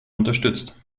unterstützt